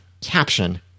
caption